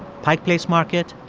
pike place market,